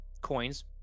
coins